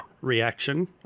reaction